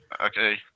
okay